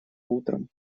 утром